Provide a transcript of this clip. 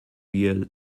wir